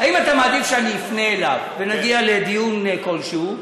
האם אתה מעדיף שאני אפנה אליו ונגיע לדיון כלשהו,